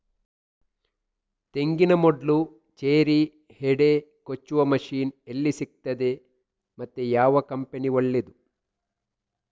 ತೆಂಗಿನ ಮೊಡ್ಲು, ಚೇರಿ, ಹೆಡೆ ಕೊಚ್ಚುವ ಮಷೀನ್ ಎಲ್ಲಿ ಸಿಕ್ತಾದೆ ಮತ್ತೆ ಯಾವ ಕಂಪನಿ ಒಳ್ಳೆದು?